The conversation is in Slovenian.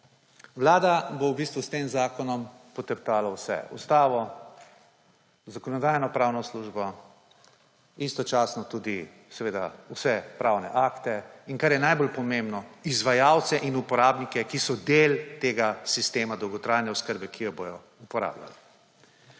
Vlada bo v bistvu s tem zakonom poteptala vse. Ustavo, Zakonodajno-pravno službo, istočasno tudi seveda vse pravne akte in, kar je najbolj pomembno, izvajalce in uporabnike, ki so del tega sistema dolgotrajne oskrbe, ki jo bojo uporabljali.